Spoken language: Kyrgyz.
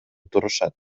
турушат